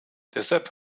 deshalb